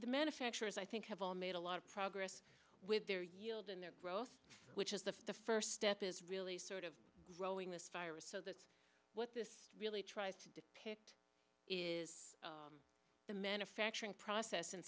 the manufacturers i think have all made a lot of progress with their yield and their growth which is the the first step is really sort of growing this virus so that's what this really tries to depict is the manufacturing process in